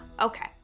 okay